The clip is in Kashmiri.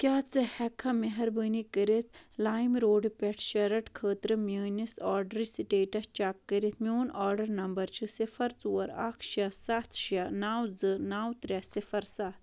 کیٛاہ ژٕ ہؠککھا مہربٲنی کٔرِتھ لایِم روڈ پؠٹھ شٔرٕٹ خٲطرٕ میٛٲنِس آرڈرٕچ سٕٹیٹَس چَک کٔرِتھ میون آرڈر نمبر چھِ صِفر ژور اکھ شےٚ سَتھ شےٚ نَو زٕ نَو ترٛےٚ صِفر سَتھ